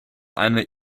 eine